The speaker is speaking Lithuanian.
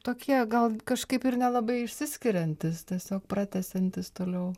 tokie gal kažkaip ir nelabai išsiskiriantys tiesiog pratęsiantys toliau